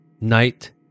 night